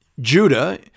Judah